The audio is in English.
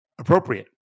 appropriate